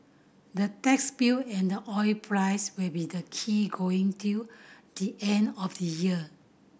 the tax bill and the oil price will be the key going till the end of the year